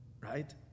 right